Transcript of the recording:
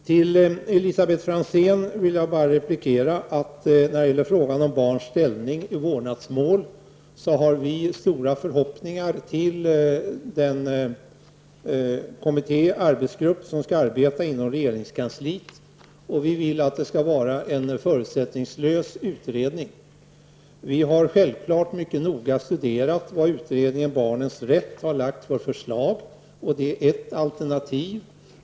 Till Elisabet Franzén vill jag bara replikera beträffande barnens ställning i vårdnadsmål, att vi ställer stora förhoppningar till den arbetsgrupp som skall arbeta inom regeringskansliet. Vi vill att det skall vara en förutsättningslös utredning. Vi har självfallet mycket noga studerat vad utredningen om barnens rätt har lagt fram för förslag. Det är ett alternativ.